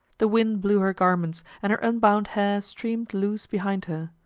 the wind blew her garments, and her unbound hair streamed loose behind her.